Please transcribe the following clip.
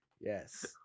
Yes